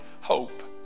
hope